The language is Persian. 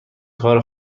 کار